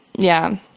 yeah.